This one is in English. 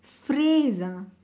freeze